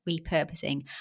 repurposing